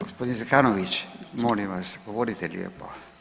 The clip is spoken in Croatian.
Gospodin Zekanović, molim vas govorite lijepo.